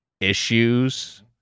issues